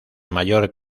mayor